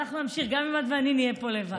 אנחנו נמשיך גם אם את ואני נהיה פה לבד.